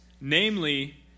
namely